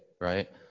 right